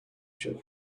check